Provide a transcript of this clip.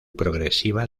progresiva